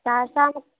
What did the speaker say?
सहरसामे